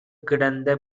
கிடந்த